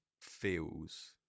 feels